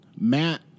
Matt